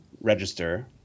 Register